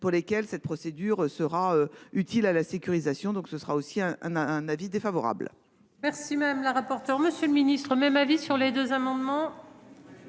pour lesquels cette procédure sera utile à la sécurisation donc ce sera aussi un, un, un, un avis défavorable. Merci madame la rapporteure. Monsieur le Ministre même avis sur les deux amendements.